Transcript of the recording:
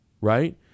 right